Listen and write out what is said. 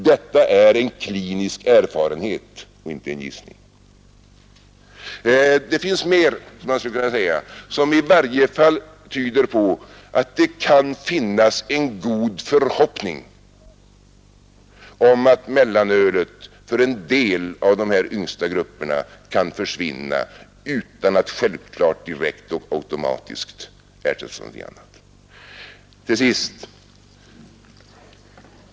Detta är en klinisk erfarenhet och inte en gissning. Det finns mer som i varje fall tyder på att det kan finnas en god förhoppning om att mellanölet för en del av de här yngsta grupperna kan försvinna utan att självklart, direkt och automatiskt ersättas av någonting annat.